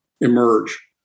emerge